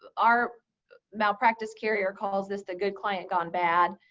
our malpractice carrier calls this the good client gone bad.